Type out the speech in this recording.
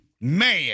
man